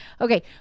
Okay